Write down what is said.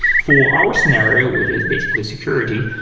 for our scenario, which is basically security.